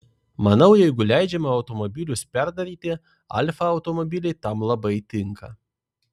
manau jeigu leidžiama automobilius perdaryti alfa automobiliai tam labai tinka